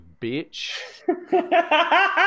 bitch